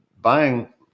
buying